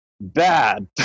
bad